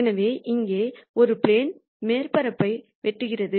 எனவே இங்கே ஒரு ப்ளேன் மேற்பரப்பை வெட்டுகிறது